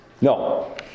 No